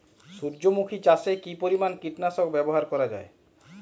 সূর্যমুখি চাষে কি পরিমান কীটনাশক ব্যবহার করা যায়?